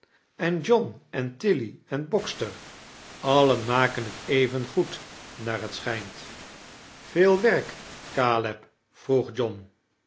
en john en tilly en boxer allien maken t even goed naar t schijint veel werk caleb vroeg john